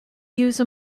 use